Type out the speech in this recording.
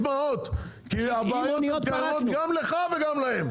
כי הבעיות היו קיימות גם לך וגם להם.